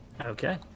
Okay